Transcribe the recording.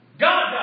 God